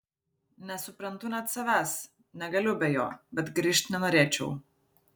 nesuprantu net savęs negaliu be jo bet grįžt nenorėčiau